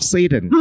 Satan 。